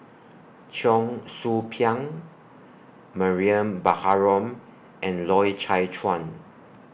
Cheong Soo Pieng Mariam Baharom and Loy Chye Chuan